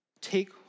Take